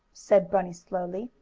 said bunny slowly,